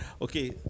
Okay